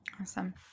Awesome